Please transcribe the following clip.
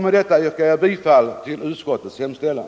Med detta yrkar jag bifall till utskottets hemställan.